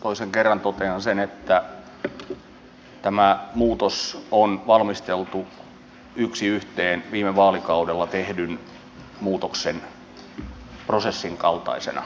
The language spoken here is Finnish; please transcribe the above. toisen kerran totean sen että tämä muutos on valmisteltu yksi yhteen viime vaalikaudella tehdyn muutoksen prosessin kaltaisena